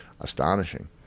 astonishing